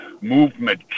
movement